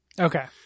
Okay